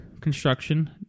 construction